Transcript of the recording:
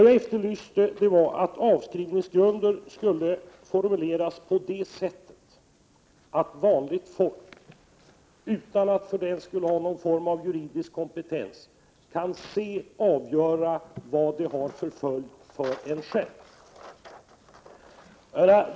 Jag efterlyste att avskrivningsgrunden skulle formuleras så att vanligt folk, utan att ha någon form av juridisk kompetens, kan avgöra vad beslutet har för följd för en själv.